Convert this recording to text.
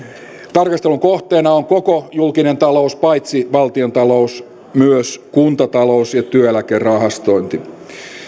tarkastelun kohteena on koko julkinen talous paitsi valtiontalous myös kuntatalous ja työeläkerahastointi